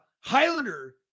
Highlander